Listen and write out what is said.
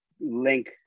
link